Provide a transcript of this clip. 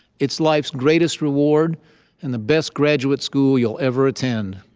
it's life's greatest reward and the best graduate school you'll ever attend.